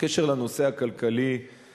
בקשר לנושא הכלכלי-חברתי,